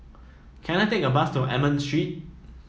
can I take a bus to Almond Street